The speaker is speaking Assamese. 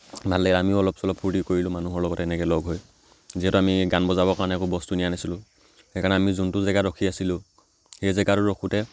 ভাল লাগিলে আমিও অলপ চলপ ফূৰ্তি কৰিলোঁ মানুহৰ লগত এনেকৈ লগ হৈ যিহেতু আমি গান বজাবৰ কাৰণে একো বস্তু নিয়া নাছিলোঁ সেইকাৰণে আমি যোনটো জেগাত ৰখি আছিলোঁ সেই জেগাটোত ৰখোতে